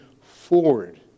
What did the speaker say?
forward